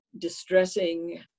distressing